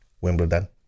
Wimbledon